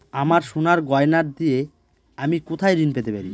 আমার সোনার গয়নার দিয়ে আমি কোথায় ঋণ পেতে পারি?